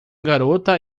garota